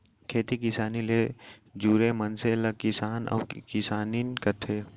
खेती किसानी ले जुरे मनसे ल किसान अउ किसानिन कथें